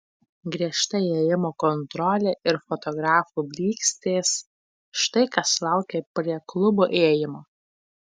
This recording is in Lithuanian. griežta įėjimo kontrolė ir fotografų blykstės štai kas laukė prie klubo įėjimo